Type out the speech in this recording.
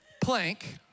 plank